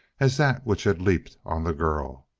as that which had leaped on the girl.